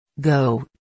go